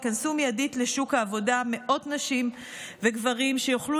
ייכנסו מיידית לשוק העבודה מאות נשים וגברים שיוכלו